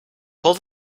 pull